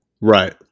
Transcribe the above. Right